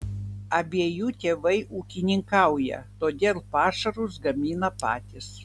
abiejų tėvai ūkininkauja todėl pašarus gamina patys